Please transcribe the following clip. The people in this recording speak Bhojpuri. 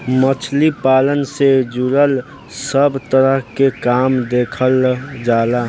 मछली पालन से जुड़ल सब तरह के काम देखल जाला